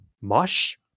mush